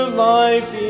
life